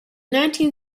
nineteen